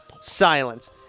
Silence